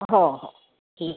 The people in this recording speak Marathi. हो हो ठीक